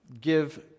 give